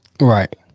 Right